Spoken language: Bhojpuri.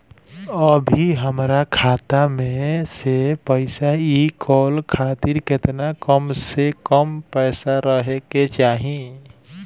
अभीहमरा खाता मे से पैसा इ कॉल खातिर केतना कम से कम पैसा रहे के चाही?